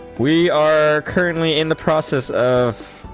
we are currently in the process of